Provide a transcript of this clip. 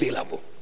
available